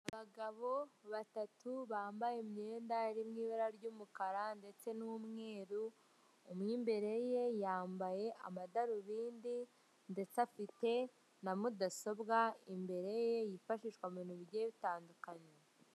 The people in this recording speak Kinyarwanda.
Abagabo batatu bambaye imyenda iri mu ibara ry'umukara ndetse n'umweru, umwe imbere ye yambaye amadarubindi ndetse afite na mudasobwa imbere ye yifashishwa mu bintu bigiye bitandukanye.